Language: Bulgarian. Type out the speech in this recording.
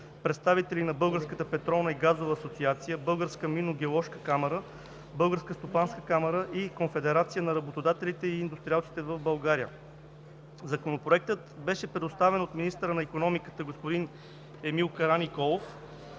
стопанска камара и Конфедерацията на работодателите и индустриалците в България. Законопроектът беше представен от министъра на икономиката господин Емил Караниколов.